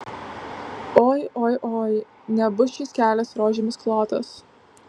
oi oi oi nebus šis kelias rožėmis klotas